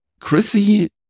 Chrissy